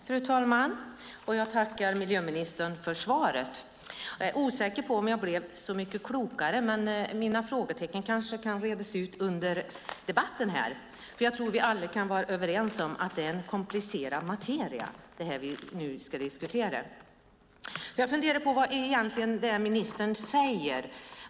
Fru talman! Jag tackar miljöministern för svaret. Jag är osäker på om jag blev så mycket klokare, men mina frågetecken kanske kan rätas ut under debatten. Jag tror att vi alla kan vara överens om att det är en komplicerad materia vi nu ska diskutera. Jag har funderat på vad det egentligen är ministern säger.